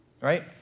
Right